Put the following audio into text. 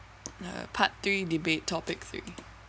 part three debate topic three